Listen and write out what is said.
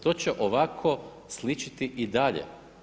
To će ovako sličiti i dalje.